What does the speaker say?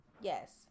Yes